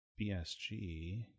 BSG